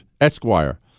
Esquire